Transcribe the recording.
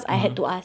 mmhmm